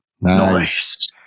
Nice